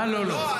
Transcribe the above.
מה לא לא?